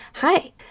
Hi